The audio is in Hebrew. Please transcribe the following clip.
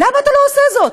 למה אתה לא עושה זאת?